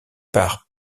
part